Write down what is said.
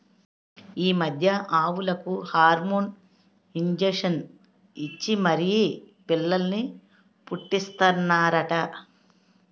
ఈ మధ్య ఆవులకు హార్మోన్ ఇంజషన్ ఇచ్చి మరీ పిల్లల్ని పుట్టీస్తన్నారట